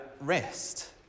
rest